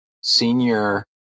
senior